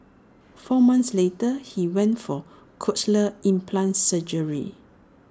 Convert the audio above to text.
four months later he went for cochlear implant surgery